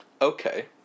Okay